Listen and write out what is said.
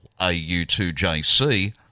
AU2JC